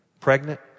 pregnant